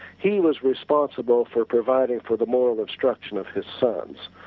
he was responsible for providing for the moral instruction of his sons,